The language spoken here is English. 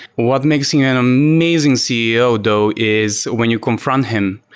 what makes him an amazing ceo though is when you confront him,